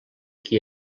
qui